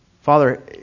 Father